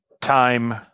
time